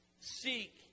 Seek